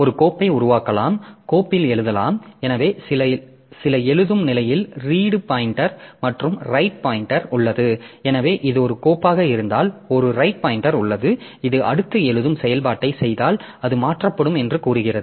ஒரு கோப்பை உருவாக்கலாம் கோப்பில் எழுதலாம் எனவே சில எழுதும் நிலையில் ரீடு பாய்ன்டெர் மற்றும் ரைட் பாய்ன்டெர் உள்ளது எனவே இது ஒரு கோப்பாக இருந்தால் ஒரு ரைட் பாய்ன்டெர் உள்ளது இது அடுத்த எழுதும் செயல்பாட்டைச் செய்தால் அது மாற்றப்படும் என்று கூறுகிறது